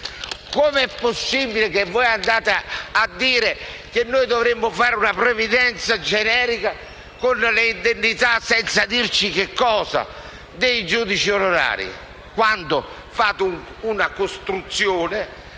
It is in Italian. Com'è possibile che voi diciate che dovremmo fare una previdenza generica con le indennità senza dirci nulla dei giudici onorari e quando fate una costruzione